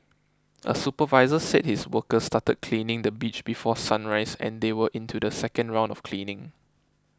a supervisor said his workers started cleaning the beach before sunrise and they were into the second round of cleaning